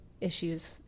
issues